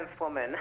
woman